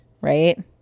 Right